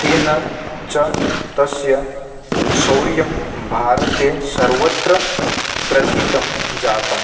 तेन च तस्य शौर्यं भारते सर्वत्र प्रथितं जातम्